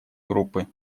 группы